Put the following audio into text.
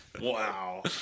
Wow